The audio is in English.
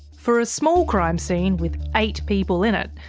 for a small crime scene with eight people in it,